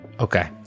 Okay